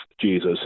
Jesus